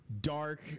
dark